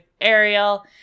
Ariel